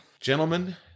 Gentlemen